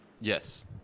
Yes